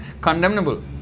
condemnable